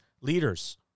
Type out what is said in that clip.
leaders